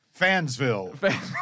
Fansville